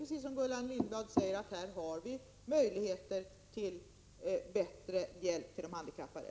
Precis som Gullan Lindblad säger har vi genom den nya tekniken möjlighet till bättre hjälp till de handikappade.